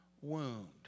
wound